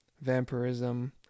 vampirism